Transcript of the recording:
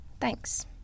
Thanks